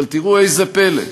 אבל ראו זה פלא,